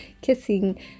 kissing